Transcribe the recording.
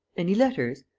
any letters?